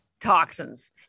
toxins